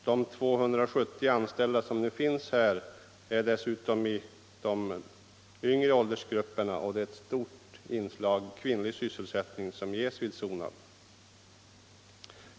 De 270 anställda som nu finns vid Sonab är dessutom i de yngre åldersgrupperna, med ett stort inslag av kvinnor.